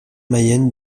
mayenne